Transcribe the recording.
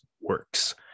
works